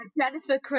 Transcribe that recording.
Jennifer